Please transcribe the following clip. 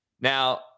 Now